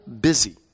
busy